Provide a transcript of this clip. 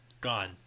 gone